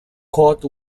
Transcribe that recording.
caught